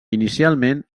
inicialment